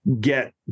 get